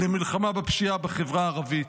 למלחמה בפשיעה בחברה הערבית.